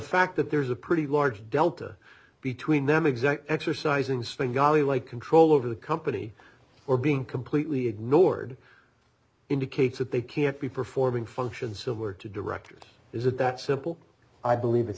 fact that there's a pretty large delta between them exactly exercising restraint gali like control over the company or being completely ignored indicates that they can't be performing functions similar to directors is it that simple i believe it's